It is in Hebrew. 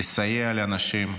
לסייע לאנשים.